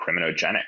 criminogenic